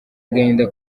agahinda